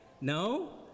No